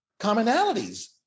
commonalities